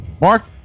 Mark